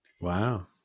Wow